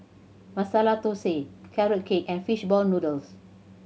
Masala Thosai Carrot Cake and fishball noodles